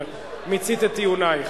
אבל מיצית את טיעונייך.